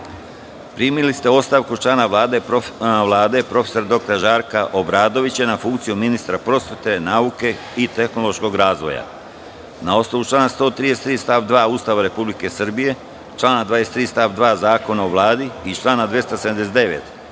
Vlade. Primili ste ostavku člana Vlade prof. dr Žarka Obradovića na funkciju ministra prosvete, nauke i tehnološkog razvoja. Na osnovu člana 133. stav 2. Ustava Republike Srbije, člana 23. stav 2. Zakona o Vladi i člana 279.